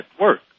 work